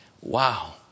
Wow